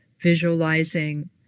visualizing